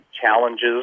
challenges